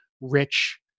rich